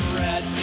red